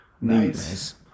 Nice